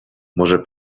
może